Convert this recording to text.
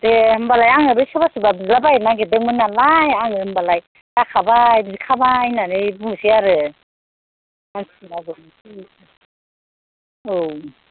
दे होनबालाय आङो बै सोरबा सोरबाबो बिलाबायनो नागिरदोंमोन नालाय आङो होनबालाय जाखाबाय बिखाबाय होननानै बुंनोसै आरो औ